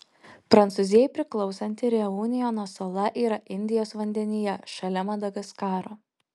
prancūzijai priklausanti reunjono sala yra indijos vandenyje šalia madagaskaro